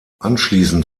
anschließend